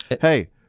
Hey